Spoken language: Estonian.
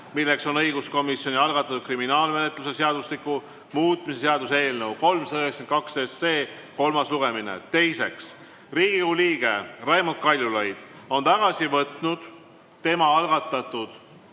milleks on õiguskomisjoni algatatud kriminaalmenetluse seadustiku muutmise seaduse eelnõu 392 kolmas lugemine. Teiseks, Riigikogu liige Raimond Kaljulaid on tagasi võtnud tema algatatud